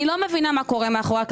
אני לא מבינה מה קורה מאחורי הקלעים.